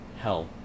hell